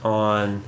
on